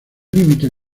límite